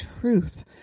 truth